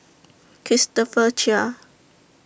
Christopher Chia